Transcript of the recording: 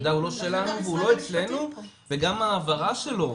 המידע הוא לא שלנו והוא לא אצלנו וגם ההעברה שלו.